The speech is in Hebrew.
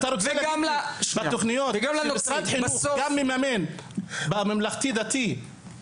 אתה רוצה להגיד לי שאין הסתה בחינוך הממלכתי דתי כלפי הציבור הערבי?